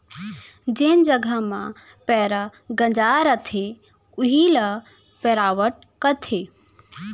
जेन जघा म पैंरा गंजाय रथे वोइ ल पैरावट कथें